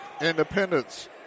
Independence